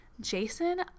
Jason